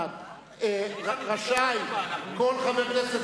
רשאי כל חבר הכנסת,